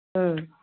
ꯎꯝ